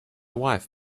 wife